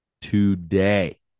today